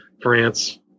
France